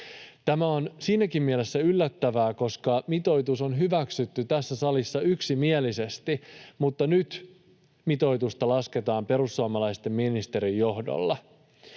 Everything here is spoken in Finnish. Tämä on siinäkin mielessä yllättävää, että mitoitus on hyväksytty tässä salissa yksimielisesti, mutta nyt mitoitusta lasketaan perussuomalaisen ministerin johdolla.